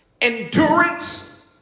endurance